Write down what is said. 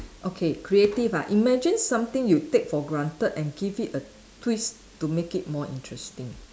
okay creative ah imagine something you take for granted and give it a twist to make it more interesting